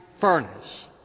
furnace